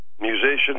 musicians